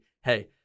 hey